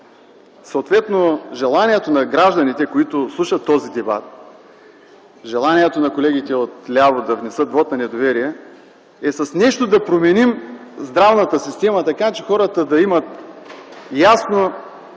като че ли желанието на гражданите, които слушат този дебат, желанието на колегите от ляво да внесат вот на недоверие, е с нещо да променим здравната система така, че хората да имат ясно